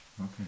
Okay